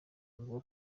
ruvuga